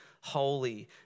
holy